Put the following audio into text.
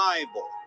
Bible